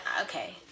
Okay